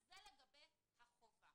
זה לגבי החובה.